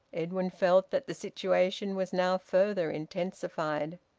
edwin felt that the situation was now further intensified.